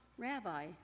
Rabbi